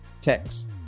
text